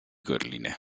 gürtellinie